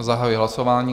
Zahajuji hlasování.